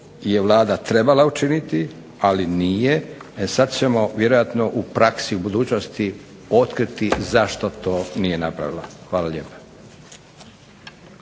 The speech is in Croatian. je Vlada trebala učiniti, ali nije. E sad ćemo vjerojatno u praksi u budućnosti otkriti zašto to nije napravila. Hvala lijepa.